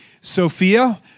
Sophia